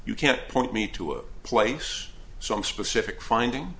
you can point me to a place some specific finding